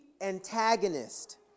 antagonist